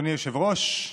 אדוני היושב-ראש,